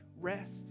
rest